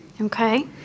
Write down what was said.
Okay